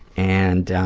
and